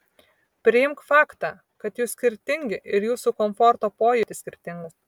priimk faktą kad jūs skirtingi ir jūsų komforto pojūtis skirtingas